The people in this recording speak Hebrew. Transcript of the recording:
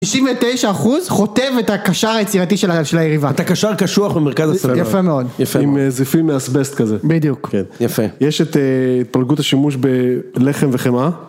99 אחוז חוטב את הקשר היצירתי של היריבה. אתה קשר קשוח במרכז ה... יפה מאוד. יפה. עם זיפים מאסבסט כזה. בדיוק. כן. יפה. יש את התפלגות השימוש בלחם וחמאה?